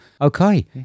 Okay